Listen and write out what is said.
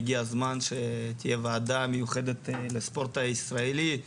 הגיע הזמן שתהיה ועדה מיוחדת לספורט הישראלי.